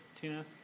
Tina